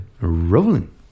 Rolling